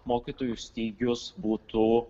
mokytojų stygius būtų